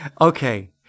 Okay